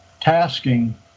tasking